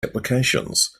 applications